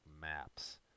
maps